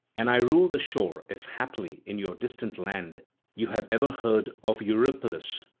and i rule the shore if haply in your distant land you have ever heard of eurypylus,